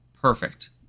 Perfect